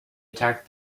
attacked